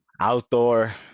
Outdoor